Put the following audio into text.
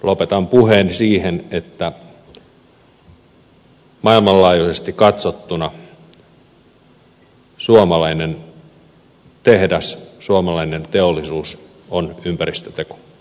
lopetan puheeni siihen että maailmanlaajuisesti katsottuna suomalainen tehdas suomalainen teollisuus on ympäristöteko